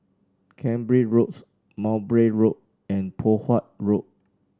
Cambridge Road Mowbray Road and Poh Huat Road